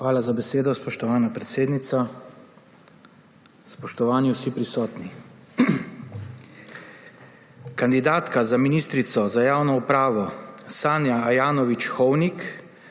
Hvala za besedo, spoštovana predsednica. Spoštovani vsi prisotni! Kandidatka za ministrico za javno upravo Sanja Ajanović Hovnik